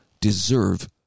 deserve